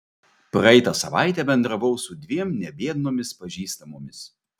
praeitą savaitę bendravau su dviem nebiednomis pažįstamomis